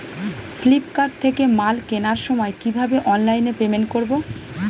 Flipkart থেকে মাল কেনার সময় কিভাবে অনলাইনে পেমেন্ট করব?